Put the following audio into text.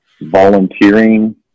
volunteering